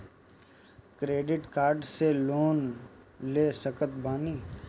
Credit card से loan ले सकत बानी?